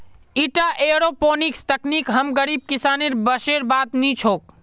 ईटा एयरोपोनिक्स तकनीक हम गरीब किसानेर बसेर बात नी छोक